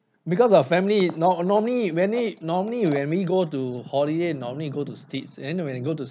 because our family is nor~ normally when we normally when we go to holiday normally we go to states and when you go to